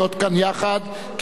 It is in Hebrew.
כבניו של אברהם.